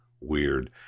Weird